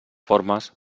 formes